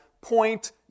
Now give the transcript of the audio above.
point